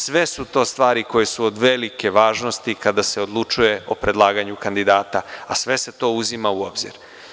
Sve su to stvari koje su od velike važnosti kada se odlučuje o predlaganju kandidata, a sve se to uzima u obzir.